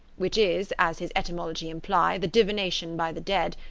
which is, as his etymology imply, the divination by the dead,